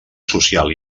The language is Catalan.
social